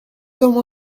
comme